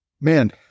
Man